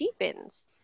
deepens